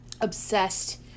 obsessed